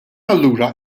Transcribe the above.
allura